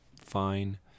fine